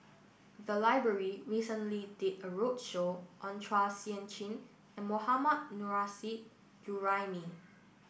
the library recently did a roadshow on Chua Sian Chin and Mohammad Nurrasyid Juraimi